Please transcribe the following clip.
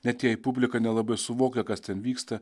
net jei publika nelabai suvokia kas ten vyksta